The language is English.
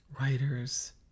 writers